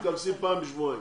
הם מתכנסים פעם בשבועיים.